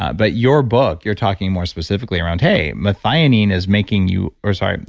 but your book, you're talking more specifically around, hey, methionine is making you. or sorry.